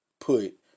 put